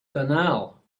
banal